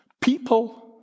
People